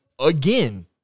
again